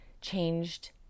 changed